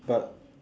but